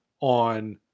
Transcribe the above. on